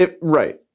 Right